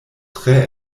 tre